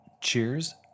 Cheers